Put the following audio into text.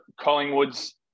Collingwood's